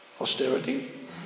Austerity